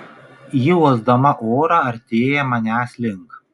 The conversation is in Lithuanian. ji uosdama orą artėja manęs link